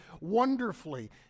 wonderfully